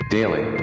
Daily